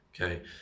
Okay